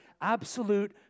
absolute